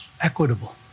equitable